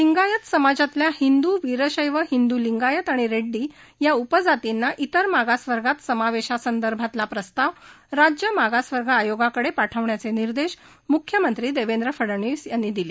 लिंगायत समाजातील हिंदू वीरशैव हिंदू लिंगायत आणि रेड्डी या उपजातींना इतर मागासवर्गात समावेशासंदर्भातील प्रस्ताव राज्य मागास वर्ग आयोगाकडे पाठविण्याचे निर्देश म्ख्यमंत्री देवेंद्र फडनवीस यांनी दिले